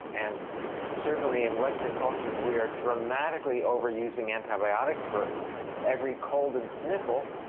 and certainly in western cultures we are dramatically over-using antibiotics for every cold and sniffle.